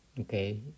okay